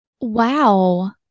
Wow